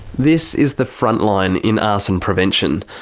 this is the frontline in arson prevention.